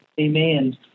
Amen